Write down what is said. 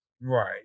Right